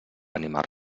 animar